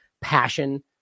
passion